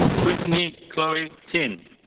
brittney chloe tin.